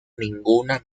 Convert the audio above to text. ninguna